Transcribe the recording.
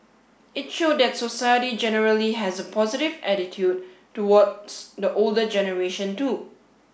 it showed that society generally has a positive attitude towards the older generation too